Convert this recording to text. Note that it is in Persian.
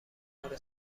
کنار